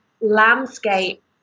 landscape